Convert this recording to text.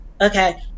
Okay